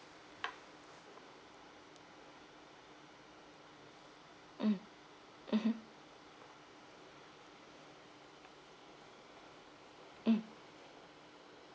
mm mmhmm mm